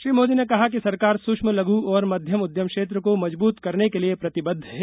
श्री मोदी ने कहा कि सरकार सूक्ष्म लघ् और मध्यम उद्यम क्षेत्र को मजबूत करने के लिए प्रतिबद्ध है